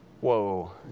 whoa